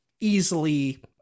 easily